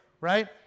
right